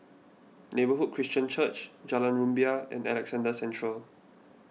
Neighbourhood Christian Church Jalan Rumbia and Alexandra Central